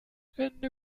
ende